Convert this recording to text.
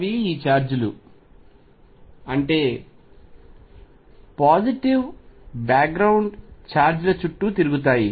అవి ఈ ఛార్జ్ లు అంటే పాజిటివ్ బ్యాక్ గ్రౌండ్ ఛార్జ్ ల చుట్టూ తిరుగుతాయి